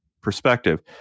perspective